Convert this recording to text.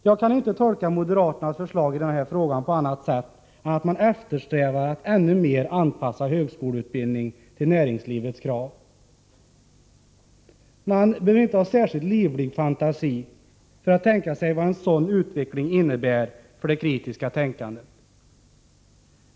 Jag kan inte tolka moderaternas förslag i denna fråga på annat sätt än att de eftersträvar att ännu mer anpassa högskoleutbildningen till näringslivets krav. Man behöver inte ha särskilt livlig fantasi för att kunna föreställa sig vad en sådan utveckling innebär för det kritiska tänkandet.